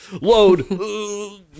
Load